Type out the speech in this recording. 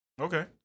Okay